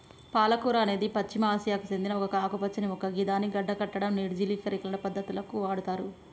పాలకూర అనేది పశ్చిమ ఆసియాకు సేందిన ఒక ఆకుపచ్చని మొక్క గిదాన్ని గడ్డకట్టడం, నిర్జలీకరణ పద్ధతులకు వాడుతుర్రు